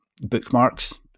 bookmarks